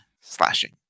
slashing